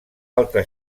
altra